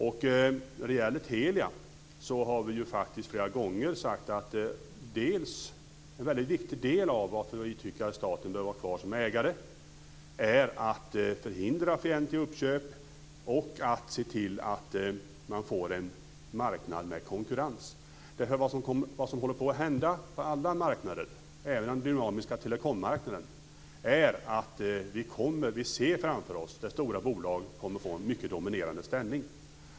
När det gäller Telia har vi faktiskt flera gånger sagt att en väldigt viktig anledning till att vi tycker att staten bör vara kvar som ägare är att man ska förhindra fientliga uppköp och se till att man får en marknad med konkurrens. Vad som håller på att hända på alla marknader, även på den dynamiska telekommarknaden, är att vi ser framför oss att stora bolag kommer att få en mycket dominerande ställning.